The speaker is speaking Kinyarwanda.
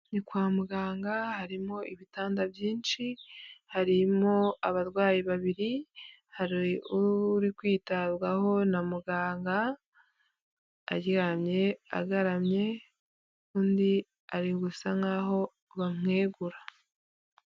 Ni kwa muganga harimo ibitanda byinshi, harimo abarwayi babiri, hari uri kwitabwaho na muganga aryamye agaramye, undi ari gusa nkaho bamwegura.